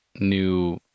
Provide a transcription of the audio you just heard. new